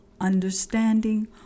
understanding